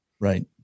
Right